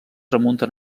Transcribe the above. remunten